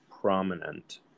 prominent